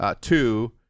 two